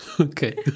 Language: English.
Okay